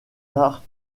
arts